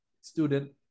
student